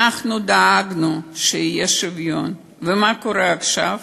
אנחנו דאגנו שיהיה שוויון, ומה קורה עכשיו?